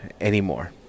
anymore